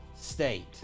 state